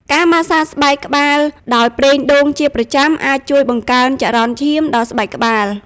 ការម៉ាស្សាស្បែកក្បាលដោយប្រេងដូងជាប្រចាំ អាចជួយ បង្កើនចរន្តឈាម ដល់ស្បែកក្បាល។